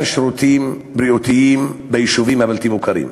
שירותים בריאותיים ביישובים הבלתי-מוכרים.